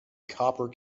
copper